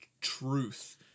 truth